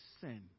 sin